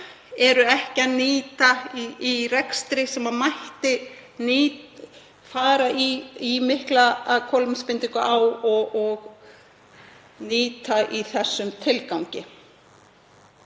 eru ekki að nýta í rekstri sem mætti fara í mikla kolefnisbindingu á og nýta í þeim tilgangi.